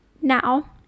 Now